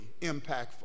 impactful